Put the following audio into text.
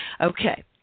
Okay